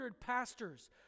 pastors